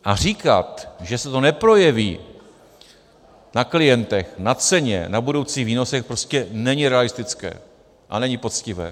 A říkat, že se to neprojeví na klientech, na ceně, na budoucích výnosech, prostě není realistické a není poctivé.